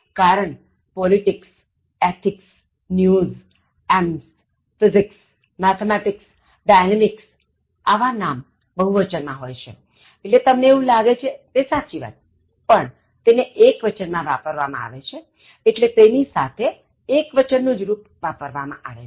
કારણ politics ethics news alms Physics Mathematics Dynamics આવા નામ બહુવચન માં હોય છે એવું તમને લાગે છેસાચી વાતપણ તેને એક્વચન માં વાપરવામાં આવે છેએટલે તેની સાથે એક્વચન નું જ રુપ વાપરવામાં આવે છે